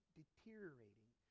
deteriorating